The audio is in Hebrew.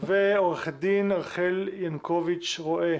ועורכת דין רחל ינקוביץ-רועה,